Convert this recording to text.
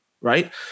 right